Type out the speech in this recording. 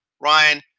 Ryan